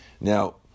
Now